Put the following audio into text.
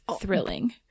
thrilling